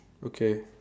okay